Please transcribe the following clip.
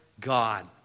god